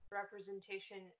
representation